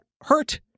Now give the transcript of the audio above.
hurt